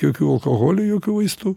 jokių alkoholių jokių vaistų